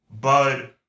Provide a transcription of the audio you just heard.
Bud